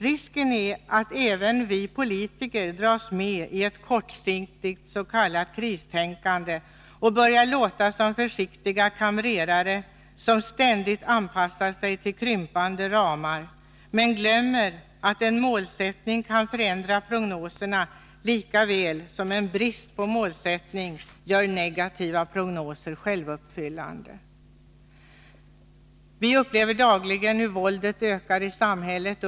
Risken är att även vi politiker dras med i ett kortsiktigt s.k. kristänkande och börjar låta som försiktiga kamrerare, som ständigt anpassar sig till krympande ramar men glömmer att en målsättning kan förändra prognoserna lika väl som en brist på målsättning gör negativa prognoser självuppfyllande. Vi upplever dagligen hur våldet ökar i samhället.